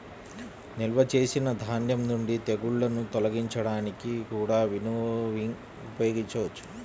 నిల్వ చేసిన ధాన్యం నుండి తెగుళ్ళను తొలగించడానికి కూడా వినోవింగ్ ఉపయోగించవచ్చు